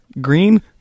Green